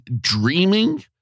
dreaming